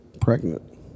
pregnant